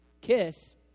kiss